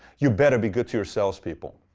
you better be good to your sales people.